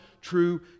true